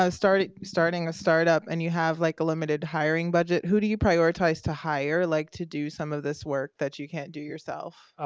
um starting starting a startup and you have like a limited hiring budget who do you prioritize to hire like to do some of this work that you can't do yourself?